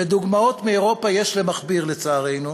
ודוגמאות מאירופה יש למכביר, לצערנו,